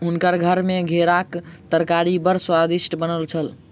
हुनकर घर मे घेराक तरकारी बड़ स्वादिष्ट बनल छल